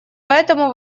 поэтому